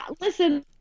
Listen